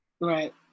Right